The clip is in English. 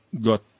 got